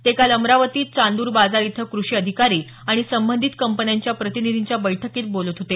ते काल अमरावतीत चांद्र बाजार इथं कृषी अधिकारी आणि संबंधित कंपन्यांच्या प्रतिनिधींच्या बैठकीत बोलत होते